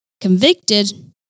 convicted